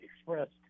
expressed